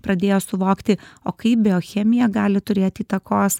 pradėjo suvokti o kaip biochemija gali turėt įtakos